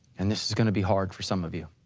and this is gonna be hard for some of you.